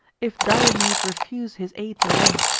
if diomede refuse his aid to lend,